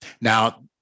Now